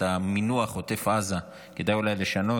את המונח "עוטף עזה" כדאי אולי לשנות.